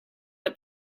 the